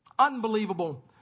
unbelievable